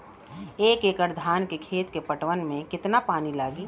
एक एकड़ धान के खेत के पटवन मे कितना पानी लागि?